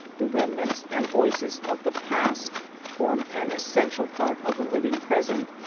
the remnants and voices of the past form an essential part of the living present.